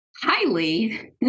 highly